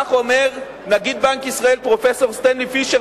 כך אמר נגיד בנק ישראל פרופסור סטנלי פישר